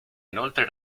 inoltre